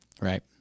Right